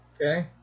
Okay